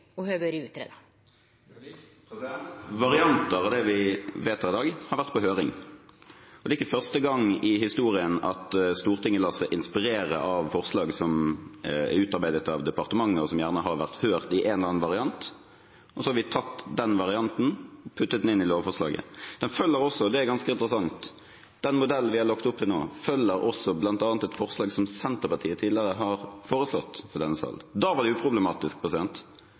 dag, har vært på høring. Det er ikke første gang i historien at Stortinget lar seg inspirere av forslag som er utarbeidet av departementet – og som gjerne har vært hørt i en eller annen variant – og tatt den varianten og puttet inn i et lovforslag. Det er også ganske interessant at den modellen vi har lagt opp til nå, følger bl.a. et forslag som Senterpartiet tidligere har fremmet i denne sal. Da var det uproblematisk, men når vi foreslår det, er det plutselig dypt problematisk